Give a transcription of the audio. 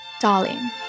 Darling